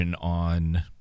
on